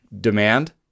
demand